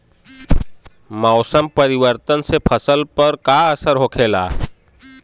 मौसम परिवर्तन से फसल पर का असर होखेला?